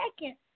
second